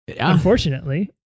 unfortunately